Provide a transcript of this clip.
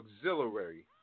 auxiliary